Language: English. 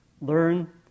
learn